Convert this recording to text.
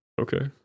okay